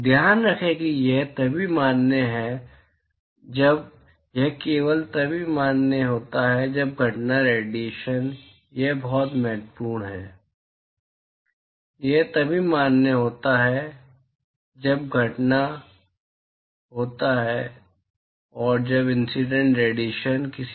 ध्यान रखें कि यह तभी मान्य है जब यह केवल तभी मान्य होता है जब घटना रेडिएशन यह बहुत महत्वपूर्ण है यह तभी मान्य होता है जब घटना रेडिएशन एक ब्लैक बॉडी के रेडिएशन का होता है